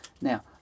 Now